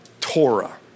Torah